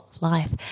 life